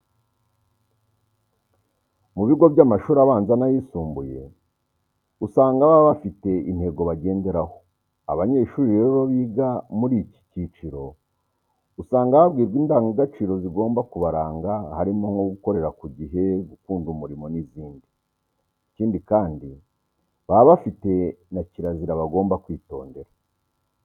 Mu bigo by'amashuri abanza n'ayisumbuye usanga baba bafite intego bagenderaho. Abanyeshuri rero biga muri iki cyiciro usanga babwirwa indangagaciro zigomba kubaranga harimo nko gukorera ku gihe, gukunda umurimo n'izindi. Ikindi kandi baba bafite na kirazira bagomba kwitondera.